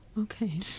Okay